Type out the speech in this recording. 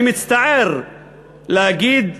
אני מצטער להגיד ולקבוע: